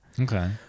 Okay